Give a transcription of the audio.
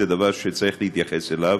זה דבר שצריך להתייחס אליו,